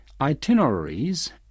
itineraries